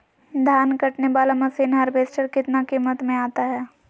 धान कटने बाला मसीन हार्बेस्टार कितना किमत में आता है?